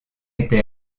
était